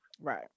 right